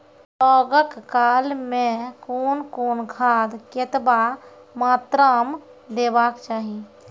बौगक काल मे कून कून खाद केतबा मात्राम देबाक चाही?